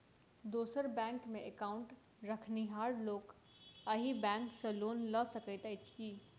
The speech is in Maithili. दोसर बैंकमे एकाउन्ट रखनिहार लोक अहि बैंक सँ लोन लऽ सकैत अछि की?